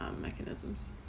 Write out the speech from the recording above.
mechanisms